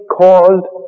caused